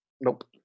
Nope